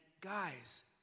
guys